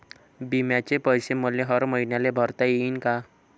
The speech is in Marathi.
बिम्याचे पैसे मले हर मईन्याले भरता येईन का?